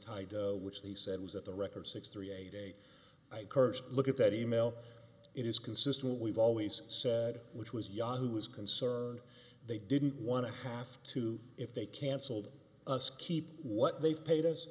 tide which they said was at the record six three a day i curse look at that e mail it is consistent we've always said which was yahoo was concerned they didn't want to have to if they cancelled us keep what they've paid us